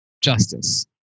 justice